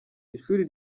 ishuri